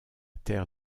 terre